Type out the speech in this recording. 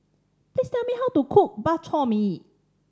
please tell me how to cook Bak Chor Mee